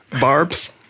Barbs